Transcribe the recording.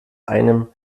einem